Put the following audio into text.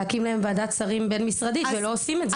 להקים להם ועדת שרים בין משרדית ולא עושים את זה.